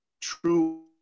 true